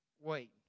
wait